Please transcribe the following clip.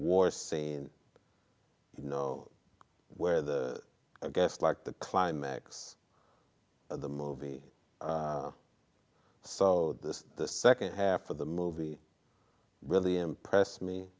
war scene you know where the i guess like the climax of the movie so this the second half of the movie really impressed me